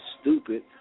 stupid